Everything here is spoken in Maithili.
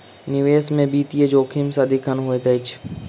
निवेश में वित्तीय जोखिम सदिखन होइत अछि